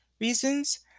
reasons